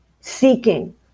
seeking